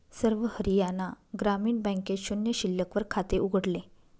सर्व हरियाणा ग्रामीण बँकेत शून्य शिल्लक वर खाते उघडले